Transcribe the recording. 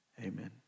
Amen